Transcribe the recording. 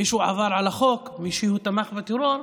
מישהו עבר על החוק, מישהו תמך בטרור,